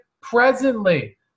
presently